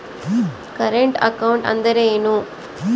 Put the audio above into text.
Current account ಅಂದರೇನು?